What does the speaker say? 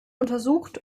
untersucht